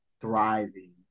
thriving